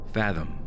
Fathom